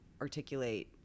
articulate